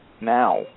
Now